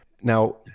Now